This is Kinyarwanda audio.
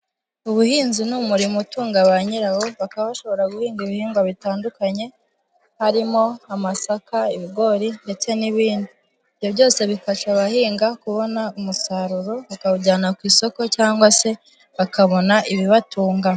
Ubuhinzi ni umurimo utunga ba nyirawo bakaba bashobora guhinga ibihingwa bitandukanye, harimo amasaka, ibigori ndetse n'ibindi, ibyo byose bifasha abahinga kubona umusaruro bakawujyana ku isoko cyangwa se bakabona ibibatunga.